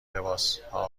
لباسهای